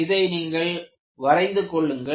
இதை நீங்கள் வரைந்து கொள்ளுங்கள்